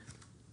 נמנע?